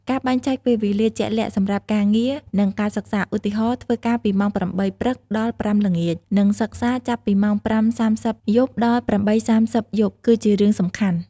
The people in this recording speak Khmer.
ការបែងចែកពេលវេលាជាក់លាក់សម្រាប់ការងារ និងការសិក្សា ឧទាហរណ៍ ធ្វើការពីម៉ោង ៨ ព្រឹក ដល់ ៥ ល្ងាច និងសិក្សាចាប់ពីម៉ោង ៥:៣០ យប់ ដល់ ៨:៣០ យប់ គឺជារឿងសំខាន់។